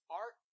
art